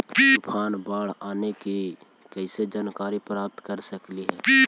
तूफान, बाढ़ आने की कैसे जानकारी प्राप्त कर सकेली?